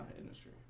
industry